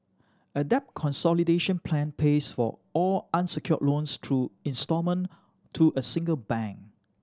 a debt consolidation plan pays for all unsecured loans through instalment to a single bank